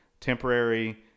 temporary